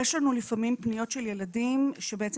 יש לנו לפעמים פניות של ילדים שבעצם